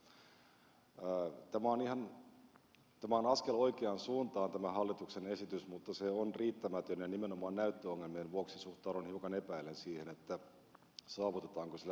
tämä hallituksen esitys on askel oikeaan suuntaan mutta se on riittämätön ja nimenomaan näyttöongelmien vuoksi suhtaudun hiukan epäillen siihen saavutetaanko sillä todellisia tuloksia